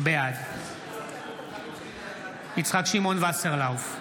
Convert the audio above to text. בעד יצחק שמעון וסרלאוף,